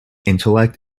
intellect